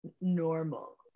normal